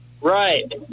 Right